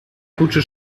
gute